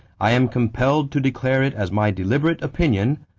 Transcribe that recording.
i am compelled to declare it as my deliberate opinion,